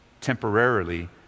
temporarily